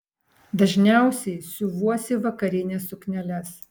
dažniausiai siuvuosi vakarines sukneles